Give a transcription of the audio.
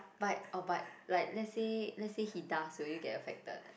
but oh but like let's say let's say he does will you get affected